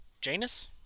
Janus